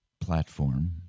platform